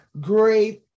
great